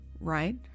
Right